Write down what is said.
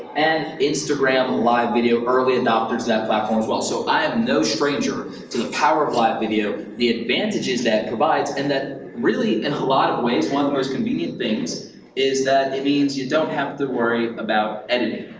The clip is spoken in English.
and instagram live video, early adopter to that platform as well. so i am no stranger to the power of live video, the advantages that it provides and that really in a lot of ways, one of those convenient things is that it means you don't have to worry about editing.